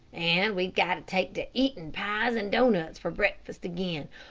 and we've got to take to eating pies and doughnuts for breakfast again,